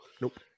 nope